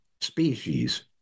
species